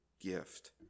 Gift